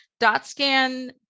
DotScan